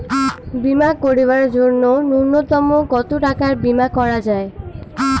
বীমা করিবার জন্য নূন্যতম কতো টাকার বীমা করা যায়?